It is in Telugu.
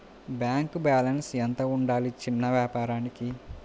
బ్యాంకు బాలన్స్ ఎంత ఉండాలి చిన్న వ్యాపారానికి?